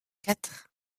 quatre